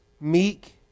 meek